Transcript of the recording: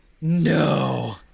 No